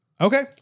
okay